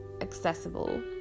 accessible